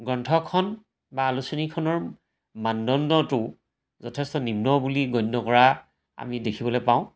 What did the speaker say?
গ্ৰন্থখন বা আলোচনীখনৰ মানদণ্ডটো যথেষ্ট নিম্ন বুলি গণ্য কৰা আমি দেখিবলৈ পাওঁ